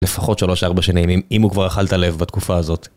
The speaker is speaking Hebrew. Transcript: לפחות 3-4 שנים אם הוא כבר אכל את הלב בתקופה הזאת.